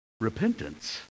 repentance